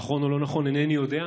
נכון או לא נכון, אינני יודע,